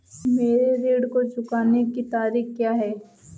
मेरे ऋण को चुकाने की तारीख़ क्या है?